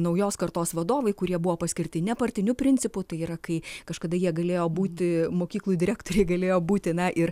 naujos kartos vadovai kurie buvo paskirti nepartiniu principu tai yra kai kažkada jie galėjo būti mokyklų direktoriai galėjo būti na ir